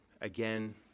again